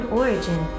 origin